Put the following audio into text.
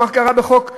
מה קרה בחוק הגיור.